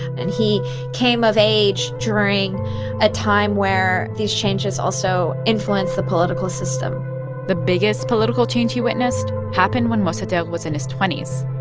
and he came of age during a time where these changes also influenced the political system the biggest political change he witnessed happened when mossadegh was in his twenty s.